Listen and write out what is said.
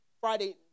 Friday